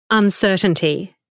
Uncertainty